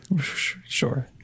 Sure